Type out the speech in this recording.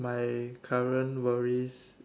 my current worries